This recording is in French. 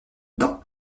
dans